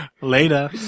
Later